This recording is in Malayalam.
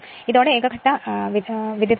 ഇതോടെ സിംഗിൾ ഫേസ് ട്രാൻസ്ഫോർമർ അവസാനിച്ചു